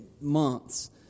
months